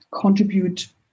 contribute